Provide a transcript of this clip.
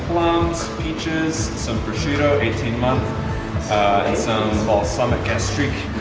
plums, peaches some prosciutto eighteen month and some ah some gastrique.